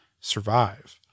survive